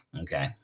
okay